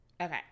okay